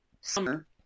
summer